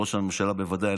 לראש הממשלה בוודאי,